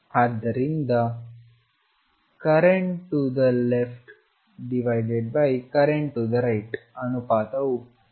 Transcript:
ಆದ್ದರಿಂದ current to the leftcurrent to the right ಅನುಪಾತವು ಪ್ರತಿಫಲನ ಗುಣಾಂಕ ಆಗಿದೆ